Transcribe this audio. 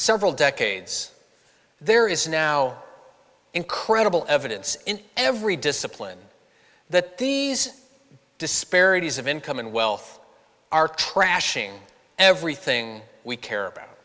several decades there is now incredible evidence in every discipline that these disparities of income and wealth are trashing everything we care about